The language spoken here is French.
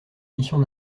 missions